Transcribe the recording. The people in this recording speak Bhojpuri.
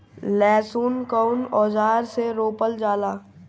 लहसुन कउन औजार से रोपल जाला?